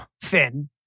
Finn